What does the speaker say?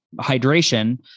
hydration